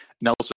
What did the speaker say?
Nelson